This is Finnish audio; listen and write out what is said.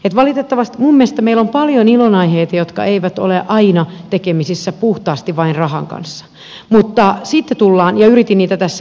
minun mielestäni meillä on paljon ilonaiheita jotka eivät ole aina tekemisissä puhtaasti vain rahan kanssa ja yritin niitä tässä esitellä